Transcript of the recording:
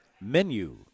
menu